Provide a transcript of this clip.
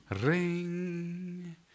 ring